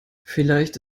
vielleicht